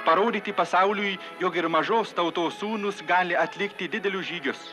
parodyti pasauliui jog ir mažos tautos sūnūs gali atlikti didelius žygius